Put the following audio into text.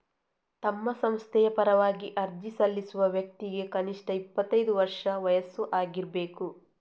ತಮ್ಮ ಸಂಸ್ಥೆಯ ಪರವಾಗಿ ಅರ್ಜಿ ಸಲ್ಲಿಸುವ ವ್ಯಕ್ತಿಗೆ ಕನಿಷ್ಠ ಇಪ್ಪತ್ತೈದು ವರ್ಷ ವಯಸ್ಸು ಆಗಿರ್ಬೇಕು